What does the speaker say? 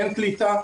אין קליטה,